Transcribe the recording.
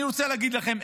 אני רוצה להגיד לכם,